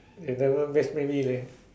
they never mix with me leh